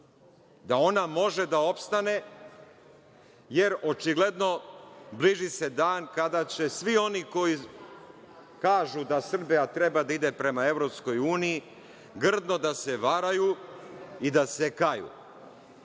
da ona može da opstane, jer očigledno bliže se dan kada će se svi oni koji kažu da Srbija treba da ide prema EU grdno da se varaju i da se kaju.